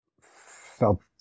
felt